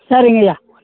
சரிங்கய்யா